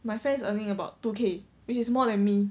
my friends earning about two K which is more than me